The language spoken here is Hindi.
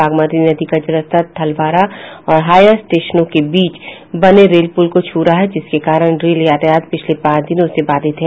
बागमती नदी का जलस्तर थलवारा और हयाघाट स्टेशनों के बीच बने रेल के पुल को छू रहा है जिसके कारण रेल यातायात पिछले पांच दिनों से बाधित है